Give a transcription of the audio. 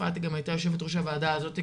יפעת הייתה גם ראש הוועדה הזאתי,